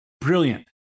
Brilliant